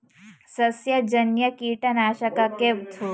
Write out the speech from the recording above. ಸಸ್ಯಜನ್ಯ ಕೀಟನಾಶಕಕ್ಕೆ ಉದಾಹರಣೆ ನೀಡಿ?